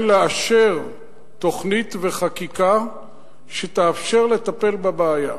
לאשר תוכנית וחקיקה שתאפשר לטפל בבעיה.